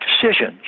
decisions